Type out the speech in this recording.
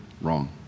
wrong